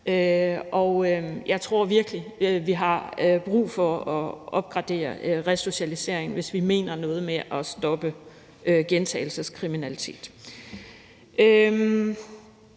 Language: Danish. Jeg tror virkelig, at vi har brug for at opgradere resocialiseringen, hvis vi mener noget med at stoppe gentagelseskriminalitet.